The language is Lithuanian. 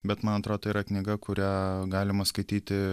bet man atrodo tai yra knyga kurią galima skaityti